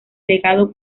legado